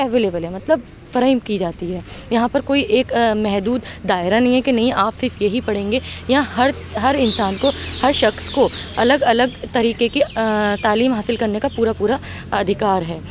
available ہے مطلب فراہم کی جاتی ہے یہاں پر کوئی ایک محدود دائرہ نہیں ہے کہ نہیں آپ صرف یہی پڑھیں گے یہاں ہر ہر انسان کو ہر شخص کو الگ الگ طریقے کی تعلیم حاصل کرنے کا پورا پورا اَدھیکار ہے